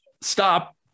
stop